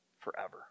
forever